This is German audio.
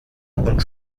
und